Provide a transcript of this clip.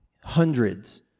hundreds